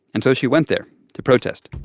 and so she went there to protest